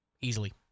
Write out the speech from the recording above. Easily